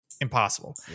impossible